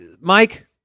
Mike